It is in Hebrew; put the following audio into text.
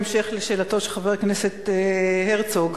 בהמשך לשאלתו של חבר הכנסת הרצוג,